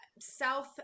South